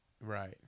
Right